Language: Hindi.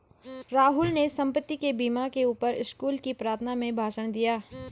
राहुल ने संपत्ति के बीमा के ऊपर स्कूल की प्रार्थना में भाषण दिया